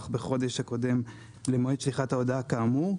בחודש הקודם למועד שליחת ההודעה כאמור,